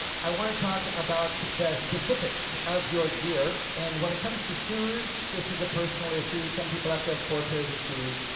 i want to talk about the specifics of your gear. and when it comes to shoes, this is a personal issue. some people have to have four pairs of shoes,